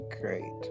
great